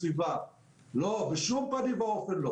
הסיכונים הבריאותיים וקידום ההיערכות של מדינת ישראל בהתאם.